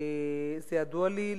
זה ידוע לי.